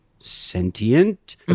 sentient